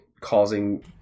causing